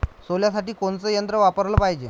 सोल्यासाठी कोनचं यंत्र वापराले पायजे?